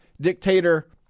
dictator